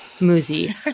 Muzi